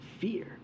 fear